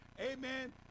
amen